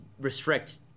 restrict